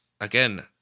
again